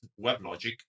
WebLogic